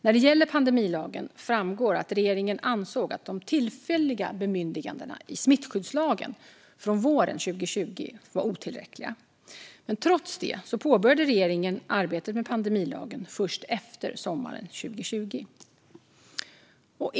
När det gäller pandemilagen framgår att regeringen ansåg att de tillfälliga bemyndigandena i smittskyddslagen från våren 2020 var otillräckliga. Trots det påbörjade regeringen arbetet med pandemilagen först efter sommaren 2020.